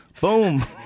Boom